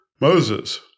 Moses